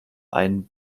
ein